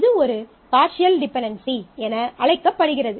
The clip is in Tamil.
இது ஒரு பார்ஷியல் டிபென்டென்சி என அழைக்கப்படுகிறது